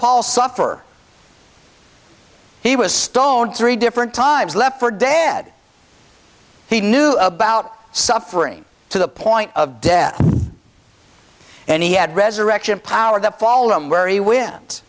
paul suffer he was stoned three different times left for dead he knew about suffering to the point of death and he had resurrection power that follow him where he win